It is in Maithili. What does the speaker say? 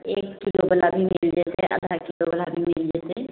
एक किलो बला भी मिल जेतै आधा किलो बला भी मिल जेतै